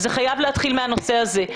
זה חייב להתחיל מהנושא הזה.